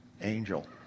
angel